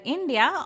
India